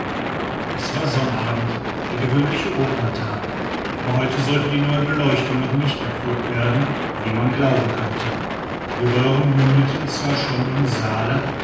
es war sonnabend der gewöhnliche operntag aber heute sollte die neue beleuchtung noch nicht erprobt werden wie man glauben könnte die röhren mündeten zwar schon im saale